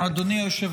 השר,